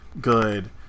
good